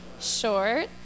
short